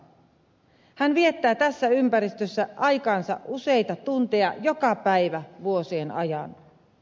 hän viettää tässä ympäristössä aikaansa useita tunteja joka päivä vuosien ajan